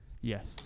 Yes